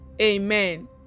Amen